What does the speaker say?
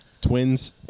Twins